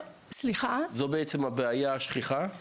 זאת הבעיה השכיחה?